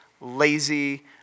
lazy